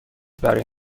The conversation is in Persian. برای